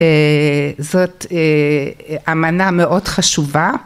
‫זאת אמנה מאוד חשובה.